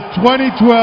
2012